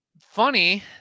Funny